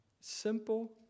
Simple